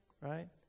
Right